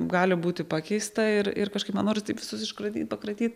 gali būti pakeista ir ir kažkaip man noris taip visus iškratyt pakratyt